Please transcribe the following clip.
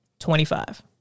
Twenty-five